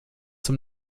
zum